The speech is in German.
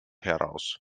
heraus